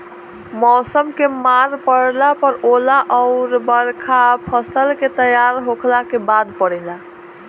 मौसम के मार पड़ला पर ओला अउर बरखा फसल के तैयार होखला के बाद पड़ेला